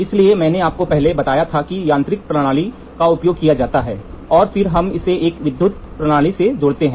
इसलिए मैंने आपको पहले बताया था कि यांत्रिक प्रणाली का उपयोग किया जाता है और फिर हम इसे एक विद्युत प्रणाली से जोड़ देते हैं